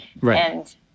Right